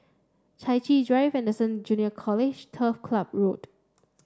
Chai Chee Drive Anderson Junior College Turf Club Road